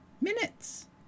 Minutes